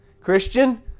Christian